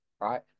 right